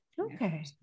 Okay